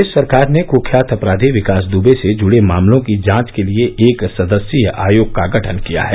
प्रदेश सरकार ने कुख्यात अपराधी विकास दुबे से जुड़े मामलों की जांच के लिए एक सदस्यीय आयोग का गठन किया है